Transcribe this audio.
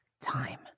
time